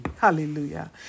Hallelujah